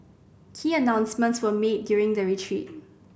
key announcements were made during the retreat